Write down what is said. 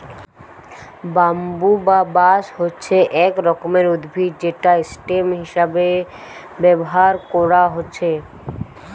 bamboo বা বাঁশ হচ্ছে এক রকমের উদ্ভিদ যেটা স্টেম হিসাবে ব্যাভার কোরা হচ্ছে